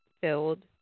filled